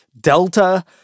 Delta